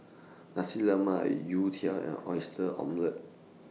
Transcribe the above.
Nasi Lemak Youtiao and Oyster Omelette